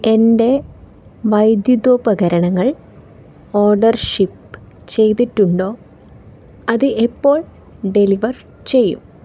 എന്റെ വൈദ്യുതോപകരണങ്ങൾ order ship ചെയ്തിട്ടുണ്ടോ അത് എപ്പോൾ ഡെലിവർ ചെയ്യും